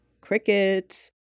crickets